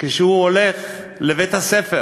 כשהוא הולך לבית-הספר